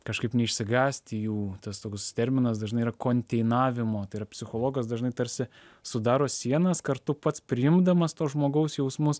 kažkaip neišsigąsti jų tas toks terminas dažnai yra konteinavimo tai yra psichologas dažnai tarsi sudaro sienas kartu pats priimdamas to žmogaus jausmus